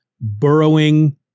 burrowing